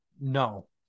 no